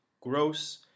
gross